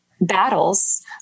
battles